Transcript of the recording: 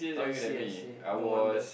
I see I see no wonder